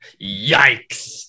Yikes